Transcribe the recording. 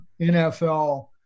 NFL